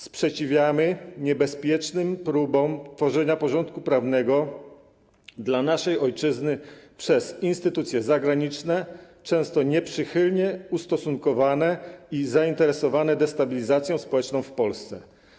Sprzeciwiamy niebezpiecznym próbom tworzenia porządku prawnego w naszej ojczyźnie przez instytucje zagraniczne, często nieprzychylnie ustosunkowane i zainteresowane destabilizacją społeczną w Polsce.